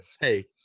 Hey